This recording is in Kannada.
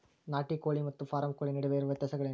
ನಾಟಿ ಕೋಳಿ ಮತ್ತು ಫಾರಂ ಕೋಳಿ ನಡುವೆ ಇರುವ ವ್ಯತ್ಯಾಸಗಳೇನು?